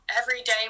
everyday